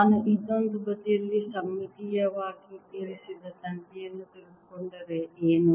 ನಾನು ಇನ್ನೊಂದು ಬದಿಯಲ್ಲಿ ಸಮ್ಮಿತೀಯವಾಗಿ ಇರಿಸಿದ ತಂತಿಯನ್ನು ತೆಗೆದುಕೊಂಡರೆ ಏನು